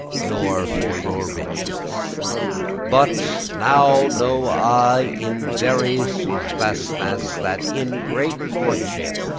nor for your richess but now know i, in very soothfastness, that in great lordship,